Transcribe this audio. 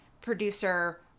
producer